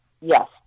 Yes